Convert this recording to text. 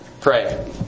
pray